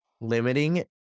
limiting